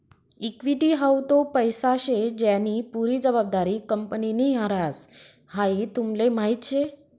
equity हाऊ तो पैसा शे ज्यानी पुरी जबाबदारी कंपनीनि ह्रास, हाई तुमले माहीत शे